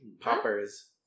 poppers